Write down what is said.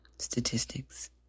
statistics